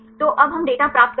तो अब हम डेटा प्राप्त करते हैं